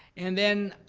and then,